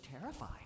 terrified